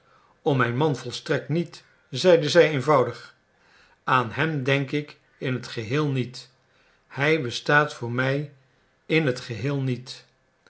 om mijn man volstrekt niet zeide zij eenvoudig aan hem denk ik in t geheel niet hij bestaat voor mij in t geheel niet